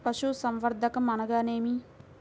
పశుసంవర్ధకం అనగానేమి?